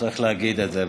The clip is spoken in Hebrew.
צריך להגיד את זה,